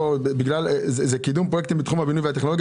זה קידום פרויקטים בתחום הבינוי והטכנולוגיה